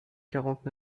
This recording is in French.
quarante